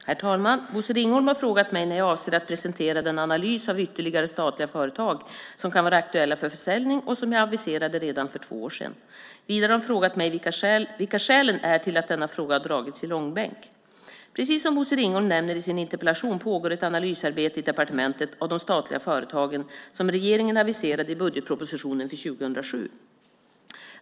Herr talman! Bosse Ringholm har frågat mig när jag avser att presentera den analys av ytterligare statliga företag som kan vara aktuella för försäljning och som jag aviserade redan för två år sedan. Vidare har han frågat mig vilka skälen är till att denna fråga har dragits i långbänk. Precis som Bosse Ringholm nämner i sin interpellation pågår ett analysarbete i departementet av de statliga företagen som regeringen aviserade i budgetpropositionen för 2007.